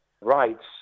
rights